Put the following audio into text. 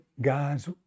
guys